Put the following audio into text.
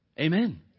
Amen